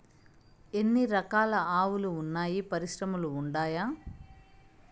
ఎన్ని రకాలు ఆవులు వున్నాయి పరిశ్రమలు ఉండాయా?